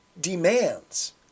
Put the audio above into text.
demands